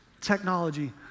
Technology